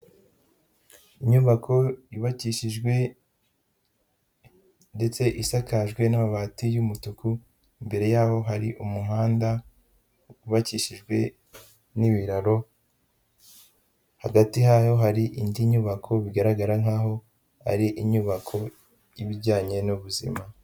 Inyubako yubakishijwe ndetse isakajwe n'amabati y'umutuku, imbere yaho hari umuhanda wubakishijwe n'ibiraro, hagati hayo hari indi nyubako bigaragara nkaho ari inyubako y'ibijyanye n'ubuzima.